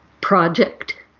project